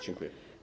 Dziękuję.